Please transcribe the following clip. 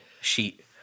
sheet